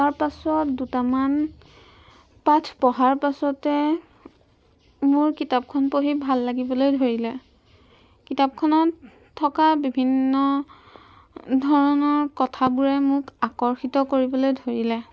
তাৰ পাছত দুটামান পাঠ পঢ়াৰ পাছতে মোৰ কিতাপখন পঢ়ি ভাল লাগিবলৈ ধৰিলে কিতাপখনত থকা বিভিন্ন ধৰণৰ কথাবোৰে মোক আকৰ্ষিত কৰিবলৈ ধৰিলে